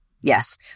Yes